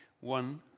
one